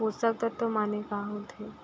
पोसक तत्व माने का होथे?